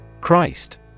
Christ